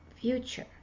future